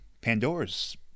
Pandora's